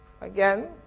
again